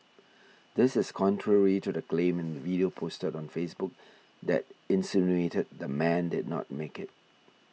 this is contrary to the claim in the video posted on Facebook that insinuated the man did not make it